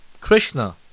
Krishna